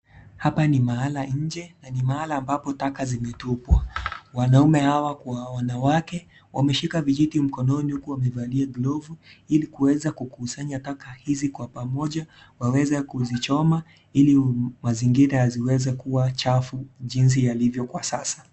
Hapa ni maala inje na ni maala ambako taka zinatupwa. Wanaume hawa kuwa wanawake. Wame shika vijiti mkononi ukuwa mbali ya glove. Ili kuweza kukusanya taka hizi kwa pamoja. Waweze kuzichoma. Ili wazingete haziweza kuwa chafu jinsi ya livyo kwa sasa.